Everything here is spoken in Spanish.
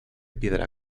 piedra